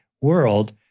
world